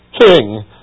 King